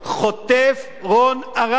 חוטף רון ארד,